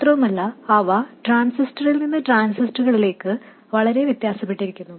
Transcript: മാത്രമല്ല അവ ട്രാൻസിസ്റ്ററിൽ നിന്നു ട്രാൻസിസ്റ്ററിലേക്ക് വരെ വ്യത്യാസപ്പെട്ടിരിക്കുന്നു